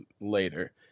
later